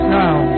now